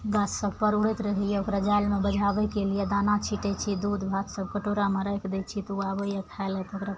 गाछ सभपर उड़ैत रहइए ओकरा जालमे बझाबयके लिये दाना छिटय छी दूध भात सभ कटोरामे राखि दै छियै तऽ ओ आबइए खाइ लै तऽ ओकरा